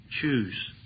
choose